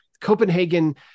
Copenhagen